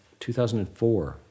2004